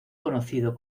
conocido